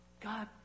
God